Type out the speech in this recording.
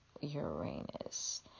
Uranus